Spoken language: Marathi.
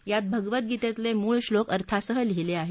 यात भगवद्वीतेतले मूळ श्लोक अर्थासह लिहिले आहेत